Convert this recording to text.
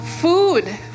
Food